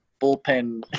bullpen